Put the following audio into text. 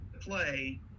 play